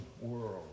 world